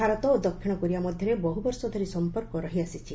ଭାରତ ଓ ଦକ୍ଷିଣ କୋରିଆ ମଧ୍ୟରେ ବହୁବର୍ଷ ଧରି ସଂପର୍କ ରହି ଆସିଛି